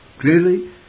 Clearly